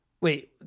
Wait